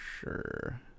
sure